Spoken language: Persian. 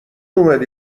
اومدی